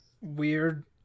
weird